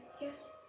Yes